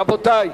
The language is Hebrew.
רבותי,